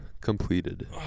completed